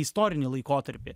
istorinį laikotarpį